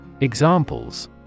Examples